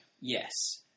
Yes